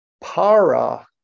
para